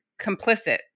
complicit